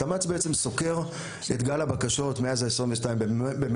התמ"צ בעצם סוקר את גל הבקשות מאז ה-22 במרץ,